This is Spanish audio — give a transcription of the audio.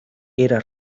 era